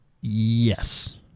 yes